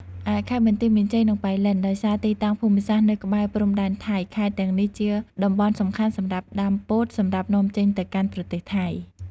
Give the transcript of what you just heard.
ឯខេត្តបន្ទាយមានជ័យ និងប៉ៃលិន ដោយសារទីតាំងភូមិសាស្ត្រនៅក្បែរព្រំដែនថៃ ខេត្តទាំងនេះជាតំបន់សំខាន់សម្រាប់ដាំពោតសម្រាប់នាំចេញទៅកាន់ប្រទេសថៃ។